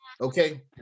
okay